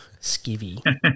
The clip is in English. skivvy